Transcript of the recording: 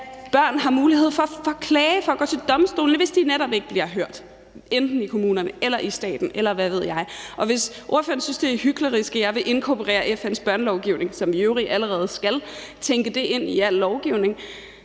at børn har mulighed for at klage og for at gå til domstolene, hvis de netop ikke bliver hørt i kommunerne eller i staten, eller hvad ved jeg. Og hvis ordføreren synes, at det er hyklerisk, at jeg vil inkorporere FN's børnelovgivning, som vi i øvrigt allerede skal tænke ind i al lovgivning,